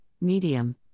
medium